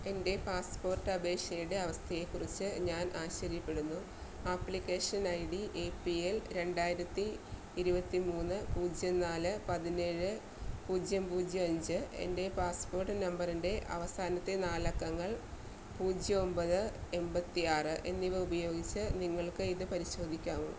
എൻ്റെ പാസ്പോർട്ട് അപേക്ഷയുടെ അവസ്ഥയെക്കുറിച്ച് ഞാൻ ആശ്ചര്യപ്പെടുന്നു application I D A P L രണ്ടായിരത്തി ഇരുപത്തിമൂന്ന് പൂജ്യം നാല് പതിനേഴ് പൂജ്യം പൂജ്യം അഞ്ച് എൻ്റെ പാസ്പോർട്ട് നമ്പറിൻ്റെ അവസാനത്തെ നാല് അക്കങ്ങൾ പൂജ്യം ഒമ്പത് എൺപത്തിയാറ് ഏന്നിവ ഉപയോഗിച്ച് നിങ്ങൾക്ക് ഇത് പരിശോധിക്കാമോ